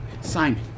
Simon